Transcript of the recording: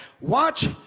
Watch